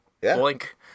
blink